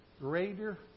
Greater